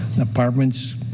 Apartments